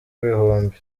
ibihumbi